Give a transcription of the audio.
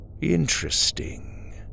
Interesting